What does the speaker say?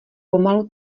pomalu